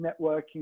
networking